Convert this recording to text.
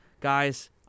guys